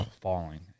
falling